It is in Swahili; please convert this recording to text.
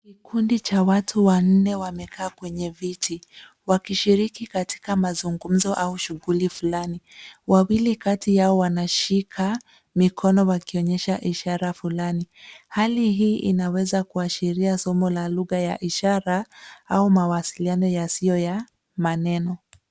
Kikundi cha watu wanne wamekaa kwenye viti, wakishiriki katika mazungumzo au shughuli fulani. Wawili kati yao wanashika mikono wakionyesha ishara fulani. Hali hii inaweza kuashiria somo la lugha ya ishara, au mawasiliano yasiyo ya maneno.